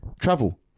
travel